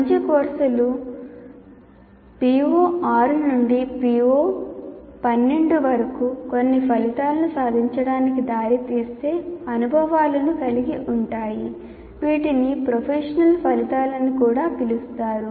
మంచి కోర్సులు PO6 నుండి PO12 వరకు కొన్ని ఫలితాలను సాధించడానికి దారితీసే అనుభవాలను కలిగి ఉంటాయి వీటిని ప్రొఫెషనల్ ఫలితాలు అని కూడా పిలుస్తారు